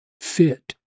fit